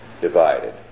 divided